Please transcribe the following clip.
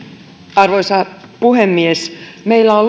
arvoisa puhemies meillä on